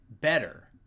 better